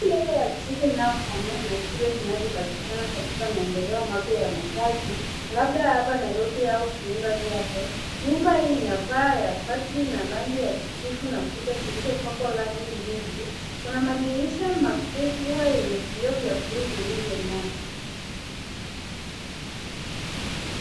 Nyumba ndogo ya kisasa inayo fanana na kisiwa zinazopatikana katika maendeleo mapya ya makazi labda hapa Nairobi au viunga vyake. Nyumba hii ina paa ya bati na rangi ya kijivu na kuta zilizo pakwa rangi mbili, kuna madirisha makubwa yenye vioo vya bluu vilivyong'aa.